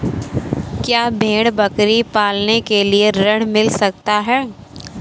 क्या भेड़ बकरी पालने के लिए ऋण मिल सकता है?